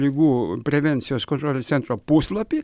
ligų prevencijos kontrolės centro puslapį